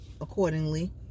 accordingly